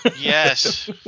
Yes